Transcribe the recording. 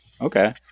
okay